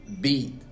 beat